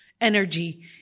energy